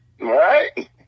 Right